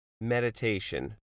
meditation